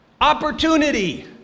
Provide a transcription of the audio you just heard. Opportunity